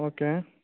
okay